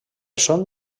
són